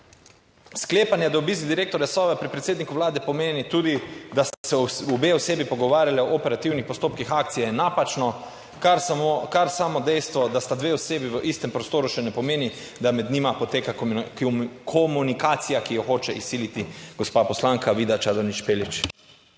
Sklepanje, da obisk direktorja Sove pri predsedniku vlade pomeni tudi, da sta se obe osebi pogovarjali o operativnih postopkih akcije, je napačno, kar samo dejstvo, da sta dve osebi v istem prostoru, še ne pomeni, da med njima poteka komunikacija, ki jo hoče izsiliti gospa poslanka Vida Čadonič Špelič.